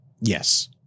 Yes